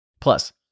Plus